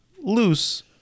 loose